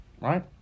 Right